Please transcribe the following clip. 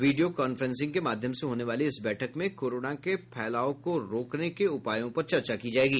video conferencing के माध्यम से होने वाली इस बैठक में कोरोना के फैलाव को रोकने के उपायों पर चर्चा होगी